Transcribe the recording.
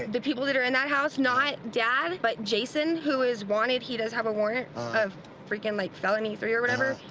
the people that are in that house, not dad, but jason, who is wanted. he does have a warrant of freaking like felony three or whatever.